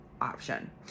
option